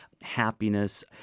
happiness